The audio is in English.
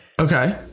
Okay